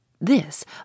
This